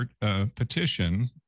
petition